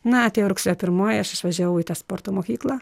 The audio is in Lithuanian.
na atėjo rugsėjo pirmoji aš išvažiavau į tą sporto mokyklą